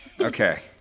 Okay